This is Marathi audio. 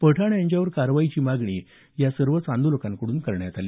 पठाण यांच्यावर कारवाईची मागणी या सर्वच आंदोलकांकडून करण्यात आली